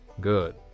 Good